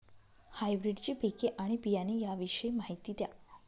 हायब्रिडची पिके आणि बियाणे याविषयी माहिती द्या